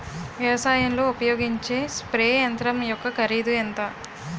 వ్యవసాయం లో ఉపయోగించే స్ప్రే యంత్రం యెక్క కరిదు ఎంత?